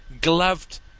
gloved